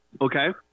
Okay